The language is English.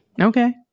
Okay